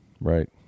Right